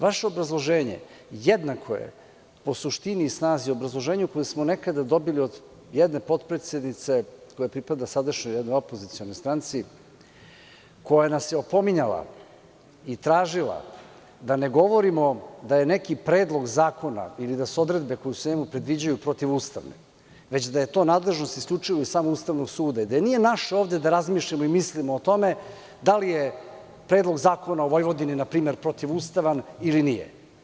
Vaše obrazloženje jednako je po suštini i snazi obrazloženju koje smo nekada dobili od jedne potpredsednice koja pripada jednoj sadašnjoj opozicionoj stranci, koja nas je opominjala i tražila da ne govorimo da je neki predlog zakona ili da su odredbe koje se u njemu predviđaju protivustavne, već da je to nadležnost isključivo samo Ustavnog suda i da nije naše ovde da razmišljamo i mislimo o tome da li je predlog zakona o Vojvodini npr. protivustavan ili nije.